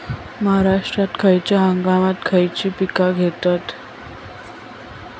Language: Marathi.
महाराष्ट्रात खयच्या हंगामांत खयची पीका घेतत?